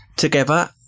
Together